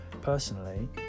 personally